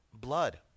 blood